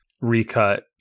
recut